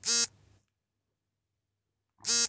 ನಾಲ್ಕು ವಿಧದ ವಿಮೆಗಳು ಯಾವುವು?